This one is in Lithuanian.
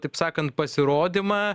taip sakant pasirodymą